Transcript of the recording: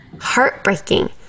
heartbreaking